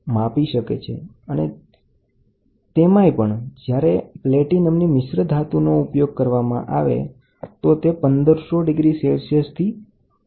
તો પ્લૅટિનમ રોડિયમ કે જે S પ્રકારની છે તેમાં પ્લૅટિનમનું પ્રમાણ 0° થી 1500° સેસ્લિયસ સુધી છે અને પ્લૅટિનમ રોડિયમ તેની મિશ્ર ધાતુનો ઉપયોગ 1500° સેસ્લિયસની ઉપર થાય છે